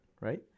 right